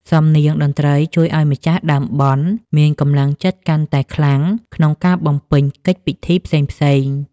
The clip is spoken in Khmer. សំនៀងតន្ត្រីជួយឱ្យម្ចាស់ដើមបុណ្យ មានកម្លាំងចិត្តកាន់តែខ្លាំងក្នុងការបំពេញកិច្ចពិធីផ្សេងៗ។